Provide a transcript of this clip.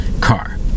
car